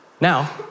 Now